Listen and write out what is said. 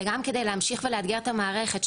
וגם כדי להמשיך ולאתגר את המערכת,